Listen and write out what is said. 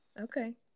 Okay